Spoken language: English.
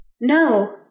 No